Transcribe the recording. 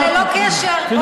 אבל ללא קשר, או הצבא.